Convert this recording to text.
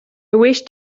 wished